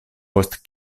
post